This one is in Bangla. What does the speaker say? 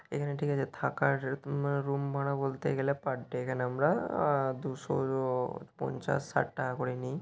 এখানে ঠিক আছে থাকার রুম ভাড়া বলতে গেলে পার ডে এখানে আমরা দুশো পঞ্চাশ ষাট টাকা করে নিই